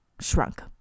shrunk